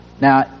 Now